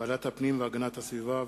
ועדת הפנים והגנת הסביבה,